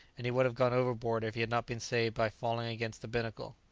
and he would have gone overboard if he had not been saved by falling against the binnacle.